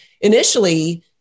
initially